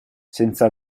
senza